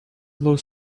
blue